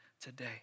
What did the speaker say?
today